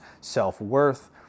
self-worth